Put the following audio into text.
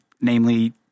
namely